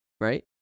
right